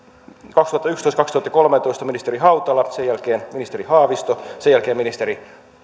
näin kaksituhattayksitoista viiva kaksituhattakolmetoista ministeri hautala sen jälkeen ministeri haavisto sen jälkeen ministeri